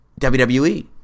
WWE